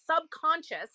subconscious